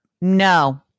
No